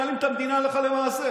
מנהלים את המדינה הלכה למעשה,